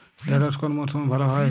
ঢেঁড়শ কোন মরশুমে ভালো হয়?